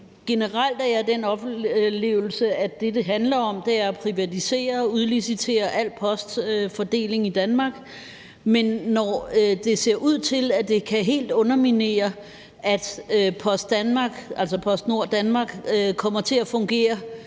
Generelt har jeg den oplevelse, at det, det handler om, er at privatisere og udlicitere al postfordeling i Danmark. Det ser ud til, at det helt kan underminere, at Post Nord i Danmark kommer til at fungere,